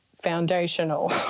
foundational